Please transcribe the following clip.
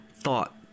thought